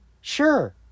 Sure